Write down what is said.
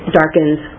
darkens